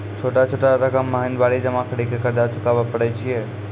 छोटा छोटा रकम महीनवारी जमा करि के कर्जा चुकाबै परए छियै?